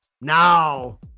Now